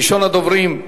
ראשון הדוברים,